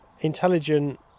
intelligent